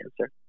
answer